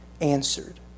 answered